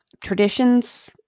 traditions